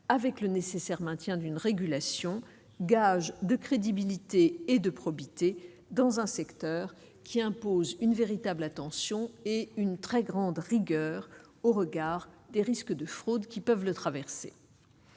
avec le nécessaire maintien d'une régulation gage de crédibilité et de probité dans un secteur qui impose une véritable attention et une très grande rigueur au regard des risques de fraudes qui peuvent le traverser.